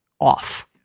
off